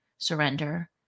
surrender